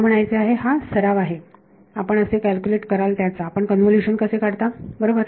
मला म्हणायचे आहे हा सराव आहे आपण कसे कॅल्क्युलेट कराल त्याचा आपण कन्व्होल्युशन कसे काढता बरोबर